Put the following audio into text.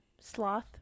Sloth